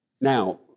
Now